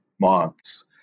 months